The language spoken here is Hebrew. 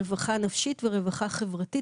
רווחה נפשית ורווחה חברתית.